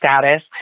status